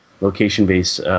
location-based